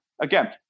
again